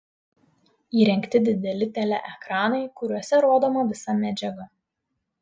įrengti dideli teleekranai kuriuose rodoma visa medžiaga